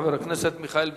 חבר הכנסת מיכאל בן-ארי,